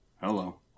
Hello